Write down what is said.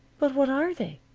but what are they?